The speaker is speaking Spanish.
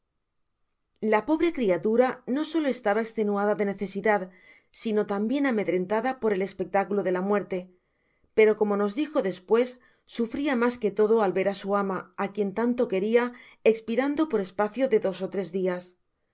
la pobre criatura no solo estaba estensada de necesidad sino tambien amedrentada por el espectáculo de la muerte pero como nos dijimo despues sufria mas que todo al ver á su ama á quien tanto queria espirando por espacio de dos ó tres dias nos